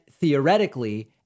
theoretically